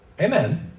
Amen